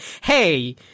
hey